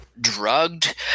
drugged